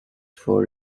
for